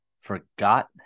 forgot